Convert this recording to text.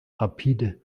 rapide